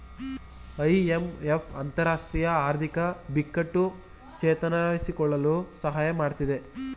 IMF ಅಂತರರಾಷ್ಟ್ರೀಯ ಆರ್ಥಿಕ ಬಿಕ್ಕಟ್ಟು ಚೇತರಿಸಿಕೊಳ್ಳಲು ಸಹಾಯ ಮಾಡತ್ತಿದೆ